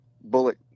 Bullet